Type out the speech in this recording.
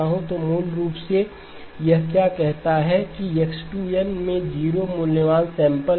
तो मूल रूप से यह क्या कहता है कि X2 n में 0 मूल्यवान सैंपल हैं